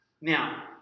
Now